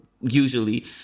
usually